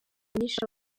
nyinshi